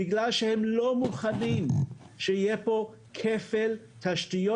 זאת בגלל שהם לא מוכנים שיהיה פה כפל תשתיות.